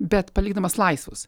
bet palikdamas laisvus